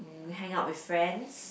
mm we hang out with friends